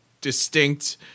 distinct